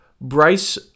Bryce